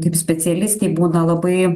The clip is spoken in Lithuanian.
kaip specialistei būna labai